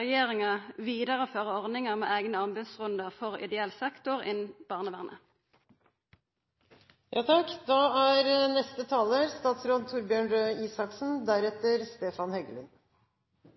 regjeringa vidareføra ordninga med eigne anbodsrundar for ideell sektor innanfor barnevernet? Det er alltid trivelig å bli møtt med sitater fra seg selv, men jeg er